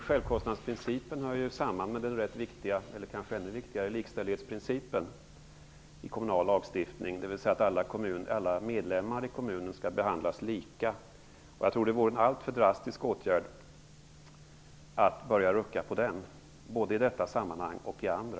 Självkostnadsprincipen hör samman med den kanske ännu viktigare lilkställighetsprincipen i kommunal lagstiftning, dvs. att invånare i kommunen skall behandlas lika. Jag tror att det vore en alltför drastisk åtgärd att börja rucka på den både i detta sammanhang och i andra.